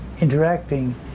interacting